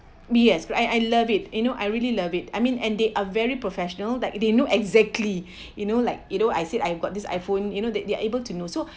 be as I I love it you know I really love it I mean and they are very professional like they know exactly you know like you know I said I got this iPhone you know that they're able to know so